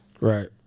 Right